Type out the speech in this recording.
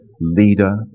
leader